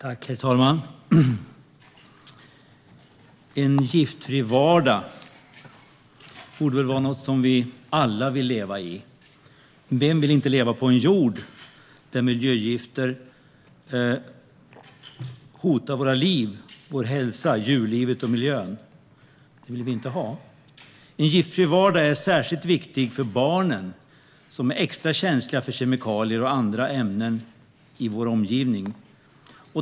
Herr talman! En giftfri vardag borde väl vara något som vi alla vill leva i. Vem vill leva på en jord där miljögifter hotar våra liv, vår hälsa, djurlivet och miljön? Det vill vi inte ha. En giftfri vardag är särskilt viktigt för barnen, som är extra känsliga för kemikalier och andra ämnen i vår omgivning.